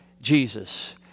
Jesus